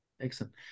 Excellent